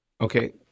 Okay